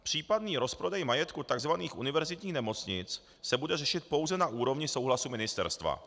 Případný rozprodej majetku tzv. univerzitních nemocnic se bude řešit pouze na úrovni souhlasu ministerstva.